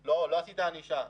לא עשית ענישה,